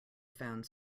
found